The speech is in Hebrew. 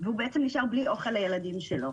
והוא בעצם נשאר בלי אוכל לילדים שלו.